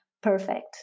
perfect